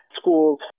schools